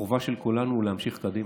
החובה של כולנו היא להמשיך קדימה.